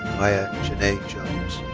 mya jeanae jones.